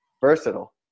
Versatile